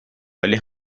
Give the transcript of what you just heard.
ولی